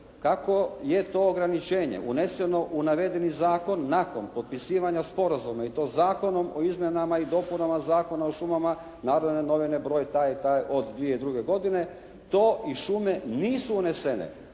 kako je to ograničenje uneseno u navedeni zakon nakon potpisivanja sporazuma i to Zakonom o izmjenama i dopunama Zakona o šumama, Narodne novine broj taj i taj od 2002. godine to i šume nisu unesene